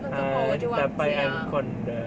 ah lah